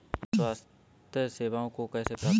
जन स्वास्थ्य सेवाओं को कैसे प्राप्त करें?